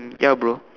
ya bro